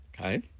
Okay